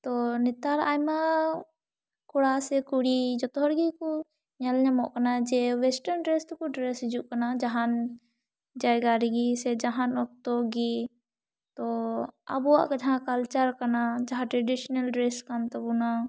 ᱛᱳ ᱱᱮᱛᱟᱨ ᱟᱭᱢᱟ ᱠᱚᱲᱟ ᱥᱮ ᱠᱩᱲᱤ ᱡᱚᱛᱚ ᱦᱚᱲ ᱜᱮᱠᱩ ᱧᱮᱞ ᱧᱟᱢᱚᱜ ᱠᱟᱱᱟ ᱡᱮ ᱚᱭᱮᱥᱴᱨᱟᱱ ᱰᱨᱮᱥ ᱛᱤᱠᱩ ᱰᱨᱮᱥ ᱦᱤᱡᱩᱜ ᱠᱟᱱᱟ ᱡᱟᱦᱟᱱ ᱡᱟᱭᱜᱟ ᱨᱮᱜᱤ ᱥᱮ ᱡᱟᱦᱟᱱ ᱚᱠᱛᱚ ᱜᱤ ᱛᱳ ᱟᱵᱚᱣᱟᱜ ᱡᱟᱦᱟᱸ ᱠᱟᱞᱪᱟᱨ ᱠᱟᱱᱟ ᱡᱟᱦᱟᱸ ᱴᱨᱟᱰᱤᱥᱚᱱᱟᱞ ᱰᱨᱮᱥ ᱠᱟᱱ ᱛᱟᱵᱚᱱᱟ